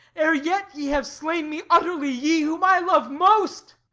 ere yet ye have slain me utterly, ye whom i love most?